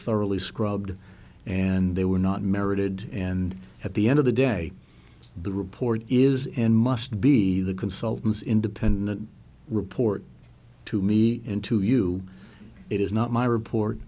thoroughly scrubbed and they were not merited and at the end of the day the report is and must be the consultants independent report to me in to you it is not my report